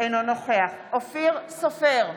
אינו נוכח אופיר סופר,